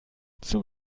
zum